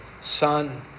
son